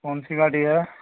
कौन सी गाड़ी है